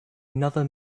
another